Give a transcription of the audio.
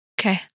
Okay